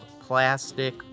Plastic